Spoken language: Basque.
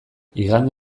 igande